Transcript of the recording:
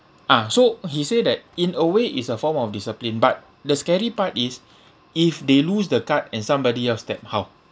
ah so he say that in a way is a form of discipline but the scary part is if they lose the card and somebody else tap how